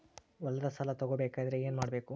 ಹೊಲದ ಸಾಲ ತಗೋಬೇಕಾದ್ರೆ ಏನ್ಮಾಡಬೇಕು?